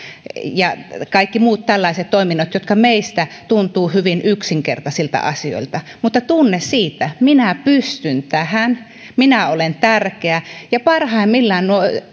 ja kaikki muut toiminnot jotka meistä tuntuvat hyvin yksinkertaisilta asioilta siihen liittyy tunne siitä että minä pystyn tähän minä olen tärkeä parhaimmillaan nuo